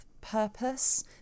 purpose